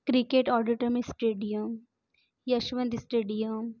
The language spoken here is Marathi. cricket auditorium stadium Yashwant stadium